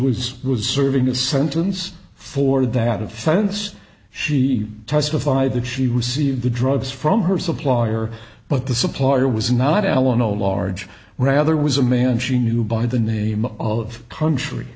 was was serving a sentence for that offense she testified that she received the drugs from her supplier but the supplier was not alamo large rather was a man she knew by the name of country